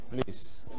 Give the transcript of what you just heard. please